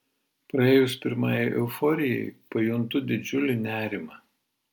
praėjus pirmajai euforijai pajuntu didžiulį nerimą